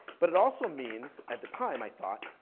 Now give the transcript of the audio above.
but it also means, at the time i thought,